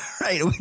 Right